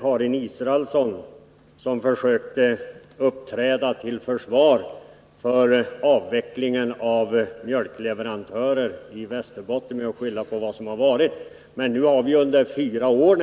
Karin Israelsson försökte uppträda till försvar för avvecklingen av mjölkleverantörerna i Västerbotten och skyllde på vad som har hänt. Men nu har vi i nästan fyra år